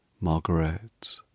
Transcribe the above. Margaret